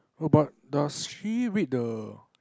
oh but does she read the